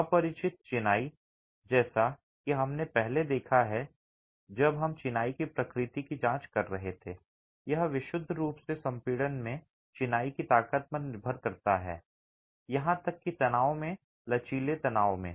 अपरिचित चिनाई जैसा कि हमने पहले देखा है जब हम चिनाई की प्रकृति की जांच कर रहे थे यह विशुद्ध रूप से संपीड़न में चिनाई की ताकत पर निर्भर करता है यहां तक कि तनाव में लचीले तनाव में